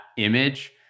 image